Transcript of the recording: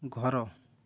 ଘର